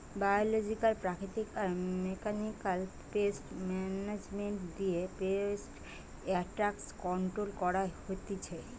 biological প্রাকৃতিক আর mechanical pest management দিয়ে পেস্ট এট্যাক কন্ট্রোল করা হতিছে